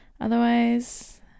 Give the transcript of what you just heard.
otherwise